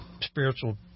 spiritual